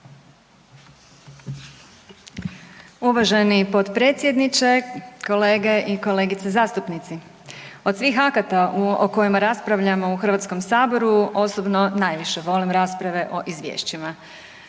Uvaženi potpredsjedniče. Kolege i kolegice zastupnici. Od svih akata o kojima raspravljamo u HS-u osobno najviše volim rasprave o izvješćima,